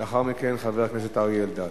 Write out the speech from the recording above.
לאחר מכן, חבר הכנסת אריה אלדד.